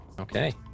Okay